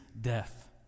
death